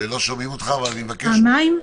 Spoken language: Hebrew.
פעמיים?